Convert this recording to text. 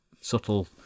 subtle